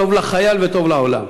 טוב לחייל וטוב לעולם.